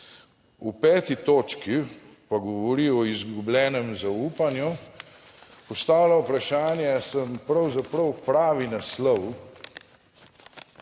V 5. točki pa govori o izgubljenem zaupanju, postavlja vprašanje, pravzaprav pravi naslov,